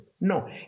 No